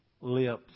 lips